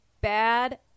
Bad